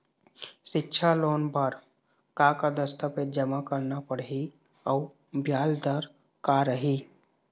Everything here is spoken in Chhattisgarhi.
सिक्छा लोन बार का का दस्तावेज जमा करना पढ़ही अउ ब्याज दर का रही?